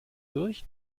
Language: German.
durch